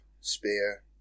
spear